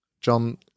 John